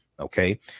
Okay